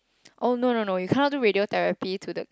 oh no no no you cannot do radiotherapy to the